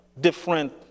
different